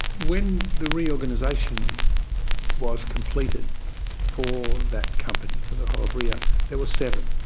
when the reorganisation was completed for that company, for the whole of rio, there were seven.